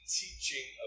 teaching